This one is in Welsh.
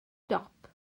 dop